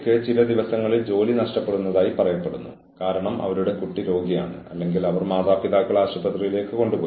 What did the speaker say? ജീവനക്കാരനെതിരെ എന്തെങ്കിലും നടപടിയെടുക്കുന്നതിന് മുമ്പ് സ്വയം പ്രതിരോധിക്കാൻ ജീവനക്കാരന് ന്യായമായ അവസരം നൽകുക